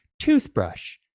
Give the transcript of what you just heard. toothbrush